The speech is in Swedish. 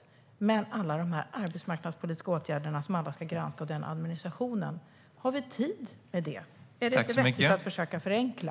Har vi tid med alla de arbetsmarknadspolitiska åtgärderna som ska granskas och all den administrationen? Är det inte bättre att försöka förenkla?